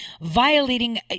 violating